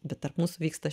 bet tarp mūsų vyksta